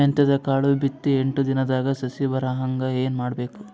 ಮೆಂತ್ಯದ ಕಾಳು ಬಿತ್ತಿ ಎಂಟು ದಿನದಾಗ ಸಸಿ ಬರಹಂಗ ಏನ ಮಾಡಬೇಕು?